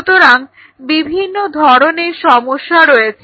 সুতরাং বিভিন্ন ধরনের সমস্যা রয়েছে